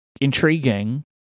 intriguing